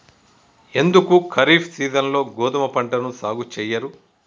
ఎందుకు ఖరీఫ్ సీజన్లో గోధుమ పంటను సాగు చెయ్యరు?